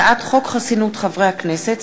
הצעת חוק חסינות חברי הכנסת,